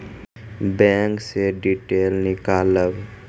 Bank से detail नीकालव?